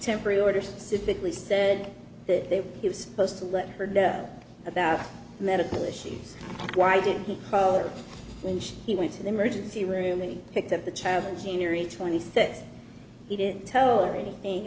temporary order specifically said that he was supposed to let her know about medical issues why didn't he call her when he went to the emergency room and picked up the child and senior in twenty six he didn't tell her anything